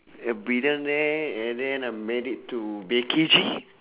a billionaire and then uh married to becky G